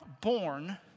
born